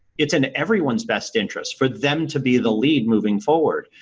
it's in everyone's best interest for them to be the lead moving forward.